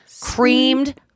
creamed